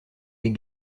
des